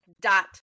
dot